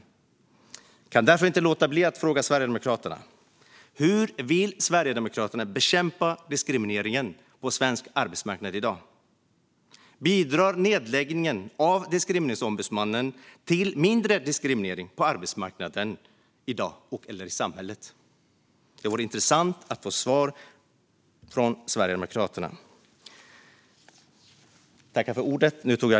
Jag kan därför inte låta bli att fråga Sverigedemokraterna: Hur vill Sverigedemokraterna bekämpa diskrimineringen på svensk arbetsmarknad i dag? Bidrar nedläggningen av Diskrimineringsombudsmannen till mindre diskriminering på arbetsmarknaden och i samhället i dag? Det vore intressant att få svar från Sverigedemokraterna.